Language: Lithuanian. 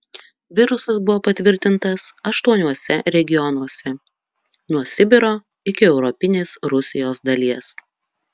virusas buvo patvirtintas aštuoniuose regionuose nuo sibiro iki europinės rusijos dalies